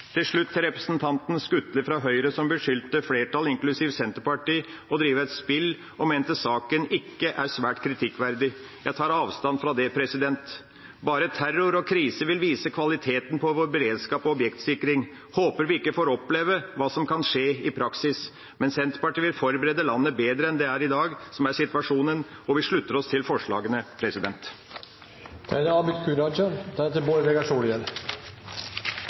Til slutt til representanten Skutle fra Høyre, som beskyldte flertallet, inklusiv Senterpartiet, for å drive et spill, og mente saken ikke er svært kritikkverdig: Jeg tar avstand fra det. Bare terror og krise vil vise kvaliteten på vår beredskap og objektsikring. Jeg håper vi ikke får oppleve hva som kan skje i praksis, men Senterpartiet vil forberede landet bedre enn det som er situasjonen i dag, og vi slutter oss til forslagene til vedtak. Enhver stats hovedoppgave bør være borgernes sikkerhet. Borgernes sikkerhet er politikernes hovedoppgave. Det